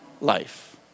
life